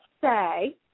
say